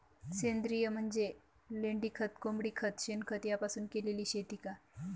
सेंद्रिय म्हणजे लेंडीखत, कोंबडीखत, शेणखत यापासून केलेली शेती का?